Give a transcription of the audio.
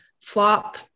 flop